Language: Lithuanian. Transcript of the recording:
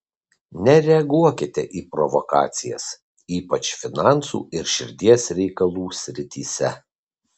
nereaguokite į provokacijas ypač finansų ir širdies reikalų srityse